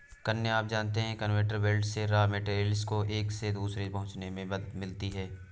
क्या आप जानते है कन्वेयर बेल्ट से रॉ मैटेरियल्स को एक से दूसरे जगह पहुंचने में मदद मिलती है?